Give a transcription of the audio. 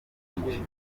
nyinshi